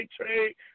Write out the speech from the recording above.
trade